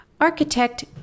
Architect